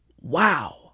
Wow